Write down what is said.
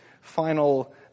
final